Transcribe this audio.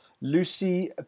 Lucy